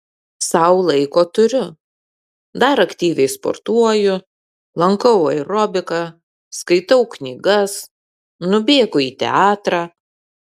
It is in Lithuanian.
sau laiko turiu dar aktyviai sportuoju lankau aerobiką skaitau knygas nubėgu į teatrą